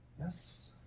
Yes